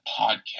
podcast